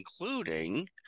including